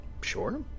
Sure